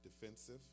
defensive